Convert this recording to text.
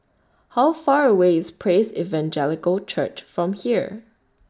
How Far away IS Praise Evangelical Church from here